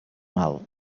mal